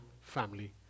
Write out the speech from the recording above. family